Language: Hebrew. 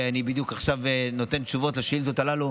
ואני בדיוק עכשיו נותן תשובות לשאילתות הללו,